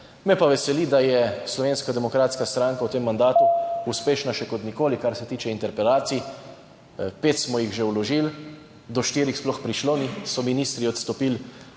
Me pa veseli, da je Slovenska demokratska stranka v tem mandatu uspešna kot še nikoli, kar se tiče interpelacij. Pet smo jih že vložili, do štirih sploh prišlo ni, so ministri odstopili